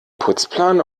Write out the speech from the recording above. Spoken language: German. putzplan